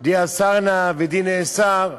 די אסרנא ודי נאסר,